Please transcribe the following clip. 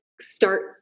start